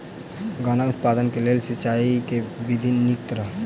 गन्ना उत्पादन केँ लेल सिंचाईक केँ विधि नीक रहत?